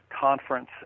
conference